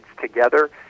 together